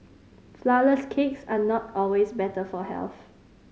flourless cakes are not always better for health